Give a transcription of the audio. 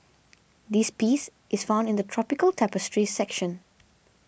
this piece is found in the Tropical Tapestry section